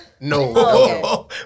No